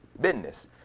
business